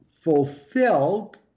fulfilled